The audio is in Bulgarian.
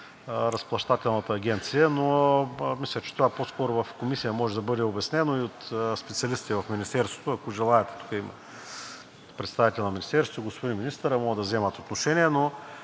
Разплащателната агенция, но мисля, че това по-скоро в Комисията може да бъде обяснено и от специалистите в Министерството. Ако желаят – тук има представител на Министерството – господин министърът, може да вземе отношение.